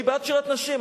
אני בעד שירת נשים,